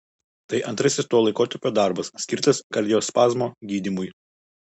tai antrasis to laikotarpio darbas skirtas kardiospazmo gydymui